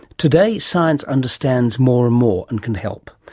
today science understands more and more and can help.